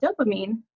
dopamine